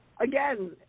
again